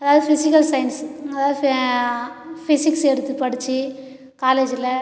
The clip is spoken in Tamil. அதாவது ஃபிசிக்கல் சயின்ஸ் அதா ஃபே ஃபிசிக்ஸ் எடுத்து படிச்சு காலேஜில்